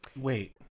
Wait